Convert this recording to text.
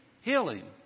healing